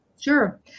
Sure